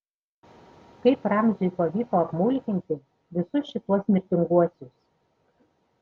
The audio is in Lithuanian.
kaip ramziui pavyko apmulkinti visus šituos mirtinguosius